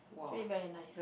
very nice